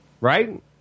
Right